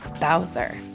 Bowser